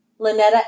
Lynetta